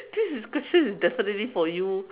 this is question is definitely for you